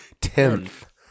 Tenth